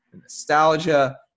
nostalgia